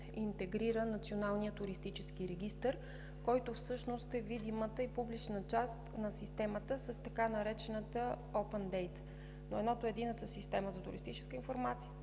интегрира Националният туристически регистър, който всъщност е видимата и публична част на системата с така наречената Оpen data, но едното е Единната система за туристическа информация,